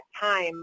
time